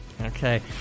Okay